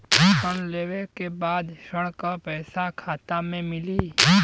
ऋण लेवे के बाद ऋण का पैसा खाता में मिली?